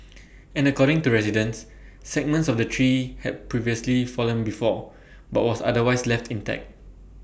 and according to residents segments of the tree had previously fallen before but was otherwise left intact